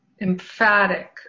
emphatic